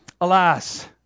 Alas